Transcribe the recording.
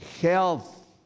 health